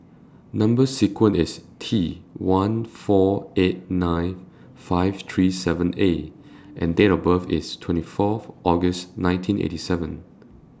Number sequence IS T one four eight nine five three seven A and Date of birth IS twenty Fourth August nineteen eighty seven